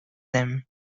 them